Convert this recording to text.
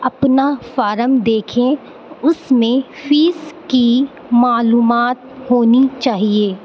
اپنا فارم دیکھیں اس میں فیس کی معلومات ہونی چاہیے